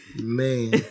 Man